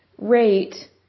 rate